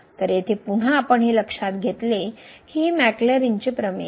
तर येथे पुन्हा आपण हे लक्षात घेतले की हे मॅक्लॅरीनचे प्रमेय आहे